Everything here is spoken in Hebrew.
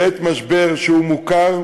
לעת משבר, שהוא מוכר,